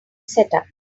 setup